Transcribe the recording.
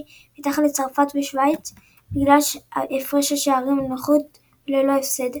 מתחת לצרפת ושווייץ בגלל הפרש שערים נחות וללא הפסד.